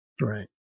Right